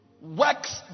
works